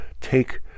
take